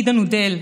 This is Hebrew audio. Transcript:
אידה נודל,